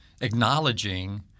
acknowledging